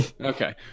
Okay